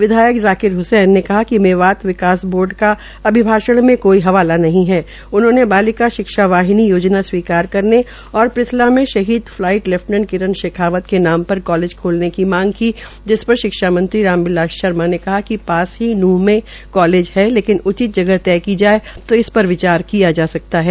विधायक जाकिर हसैन ने कहा कि मेवात विकास बोर्ड का अभिभाषण में कोई हवाला नहीं है उन्होंने बालिका वाहिनी योजना स्वीकार करने और पृथला में शहीदी फलाईट लेफ़टेनेट किरण शेखावत के नाम पर कॉलेज खोलने की मांग की जिस पर शिक्षाराम बिलास शर्मा ने कहा कि पास ही नूंह में कॉलेज है लेकिन उचित जगह तय की जाय तो इस पर विचार किया जा सकता है